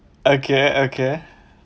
okay okay